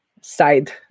side